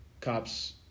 cops